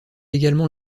également